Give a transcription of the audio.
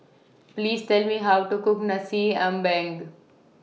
Please Tell Me How to Cook Nasi Ambeng